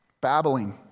Babbling